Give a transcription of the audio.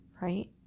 right